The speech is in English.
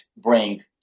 bring